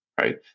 right